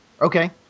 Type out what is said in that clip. Okay